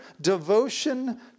devotion